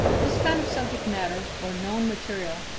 this kind of subject matter, or known material,